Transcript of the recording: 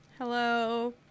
Hello